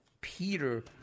Peter